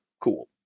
cool